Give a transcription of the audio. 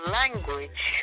language